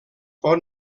pot